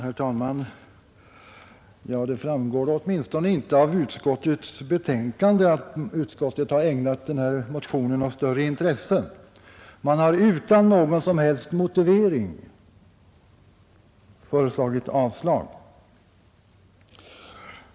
Herr talman! För det första framgår det inte av utskottets betänkande att utskottet har ägnat denna motion något större intresse. Man har utan någon som helst motivering avstyrkt densamma.